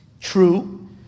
True